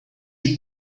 you